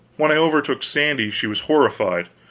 when i overtook sandy she was horrified,